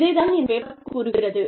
இதைத் தான் இந்த பேப்பர் கூறுகிறது